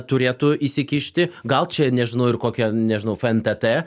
turėtų įsikišti gal čia nežinau ir kokią nežinau fntt